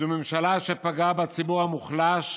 זו ממשלה שפגעה בציבור המוחלש,